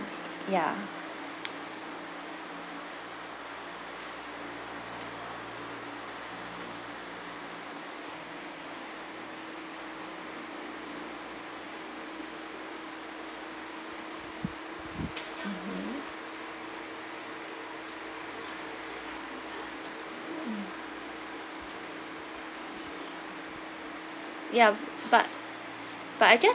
ya mmhmm mm ya but but I just